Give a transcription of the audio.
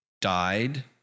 died